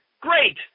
great